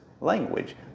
language